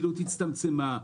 הפעילות הצטמצמה.